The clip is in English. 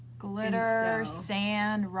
glitter, sand,